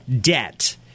debt